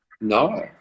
No